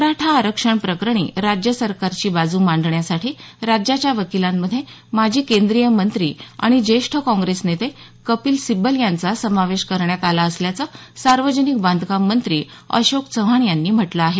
मराठा आरक्षण प्रकरणी राज्य सरकारची बाजू मांडण्यासाठी राज्याच्या वकीलांमध्ये माजी केंद्रीय मंत्री आणि ज्येष्ठ काँग्रेस नेते कपिल सिब्बल यांचा समावेश करण्यात आला असल्याचं सार्वजनिक बांधकाम मंत्री अशोक चव्हाण यांनी म्हटलं आहे